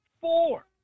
four